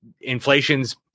Inflation's